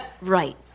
Right